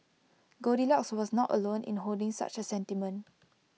goldilocks was not alone in holding such A sentiment